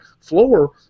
floor